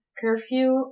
curfew